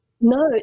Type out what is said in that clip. No